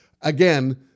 again